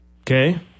okay